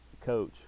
coach